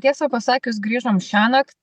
tiesą pasakius grįžom šiąnakt